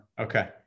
Okay